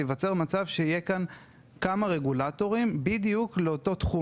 ייווצר מצב שיהיו כאן כמה רגולטורים בדיוק לאותו תחום.